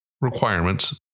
requirements